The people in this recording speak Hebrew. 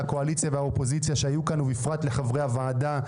מהקואליציה והאופוזיציה שהיו פה ובפרט לחברי הוועדה.